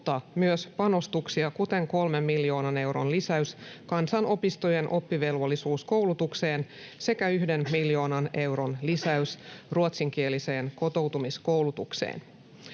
mutta myös panostuksia, kuten 3 miljoonan euron lisäys kansanopistojen oppivelvollisuuskoulutukseen sekä 1 miljoonan euron lisäys ruotsinkieliseen kotoutumiskoulutukseen.